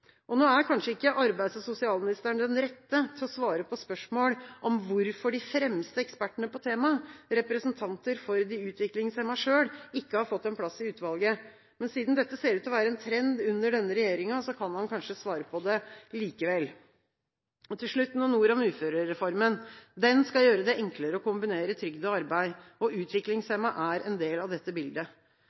Nå er kanskje ikke arbeids- og sosialministeren den rette til å svare på spørsmål om hvorfor de fremste ekspertene på temaet, representanter for de utviklingshemmede selv, ikke har fått en plass i utvalget, men siden dette ser ut til å være en trend under denne regjeringa, så kan han kanskje svare på det likevel. Til slutt noen ord om uførereformen: Den skal gjøre det enklere å kombinere trygd og arbeid, og utviklingshemmede er en del av dette bildet.